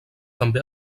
també